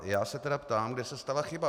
Já se tedy ptám, kde se stala chyba.